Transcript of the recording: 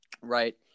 right